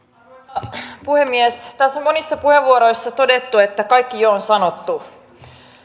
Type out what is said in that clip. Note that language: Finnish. arvoisa puhemies tässä on monissa puheenvuoroissa todettu että kaikki jo on sanottu